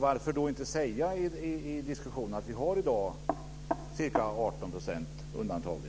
Varför inte säga i diskussionen att vi redan i dag har ca 18 % undantaget?